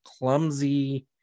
clumsy